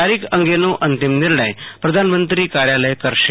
તારીખ અંગનો અંતિમ નિર્ણય પ્રધાનમંત્રી કાર્યાલય કરશે